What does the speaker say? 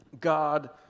God